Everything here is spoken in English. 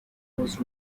was